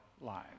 lives